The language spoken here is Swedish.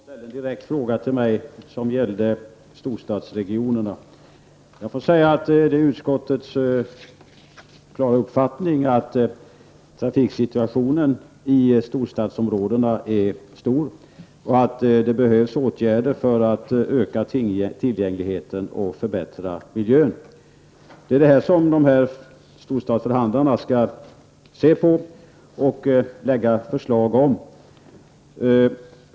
Herr talman! Åke Wictorsson ställde till mig en direkt fråga som gällde storstadsregionerna. Det är utskottets klara uppfattning att trafiksituationen i storstadsområdena är svår och att det behövs åtgärder för att öka tillgängligheten och förbättra miljön. Det är detta som storstadsförhandlarna skall se på och lägga fram förslag om.